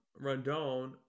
Rondon